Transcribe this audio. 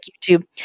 YouTube